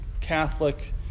Catholic